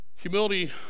Humility